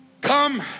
Come